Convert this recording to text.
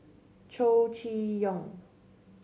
Chow Chee Yong